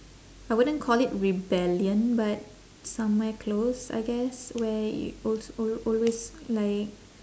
I wouldn't call it rebellion but somewhere close I guess where y~ al~ al~ always like